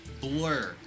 Blur